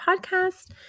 Podcast